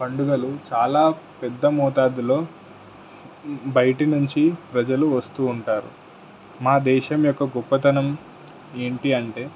పండుగలు చాలా పెద్ద మోతాదులో బయటి నుంచి ప్రజలు వస్తూ ఉంటారు మా దేశం యొక్క గొప్పతనం ఏంటి అంటే